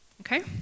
okay